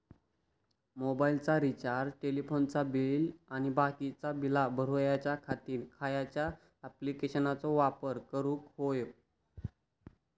मोबाईलाचा रिचार्ज टेलिफोनाचा बिल आणि बाकीची बिला भरूच्या खातीर खयच्या ॲप्लिकेशनाचो वापर करूक होयो?